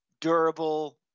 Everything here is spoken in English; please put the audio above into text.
durable